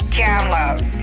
download